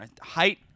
height